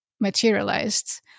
materialized